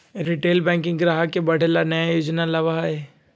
retail banking ग्राहक के बढ़े ला नया योजना लावा हई